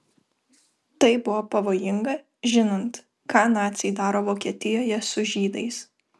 tai buvo pavojinga žinant ką naciai daro vokietijoje su žydais